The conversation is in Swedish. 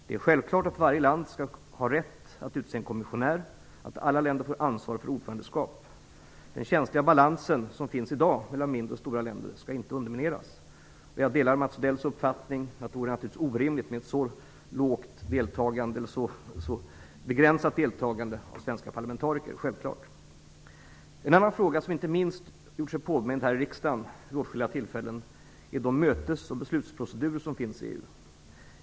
Det är självklart att varje land skall ha rätt att utse en kommissionär och att alla länder får ansvar för ordförandeskap. Den känsliga balans som finns i dag mellan mindre och stora länder skall inte undermineras. Jag delar Mats Odells uppfattning att det naturligtvis vore orimligt med ett så begränsat deltagande av svenska parlamentariker. En annan fråga som inte minst gjort sig påmind här i riksdagen vid åtskilliga tillfällen är de mötesoch beslutsprocedurer som finns i EU.